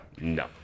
no